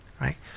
right